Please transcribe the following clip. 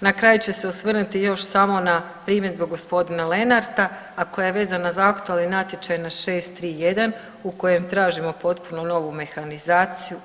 na kraju ću se osvrnuti još samo na primjedbu gospodina Lenarta, a koja je vezana za aktualni natječaj na 631 u kojem tražimo potpuno novu mehanizaciju.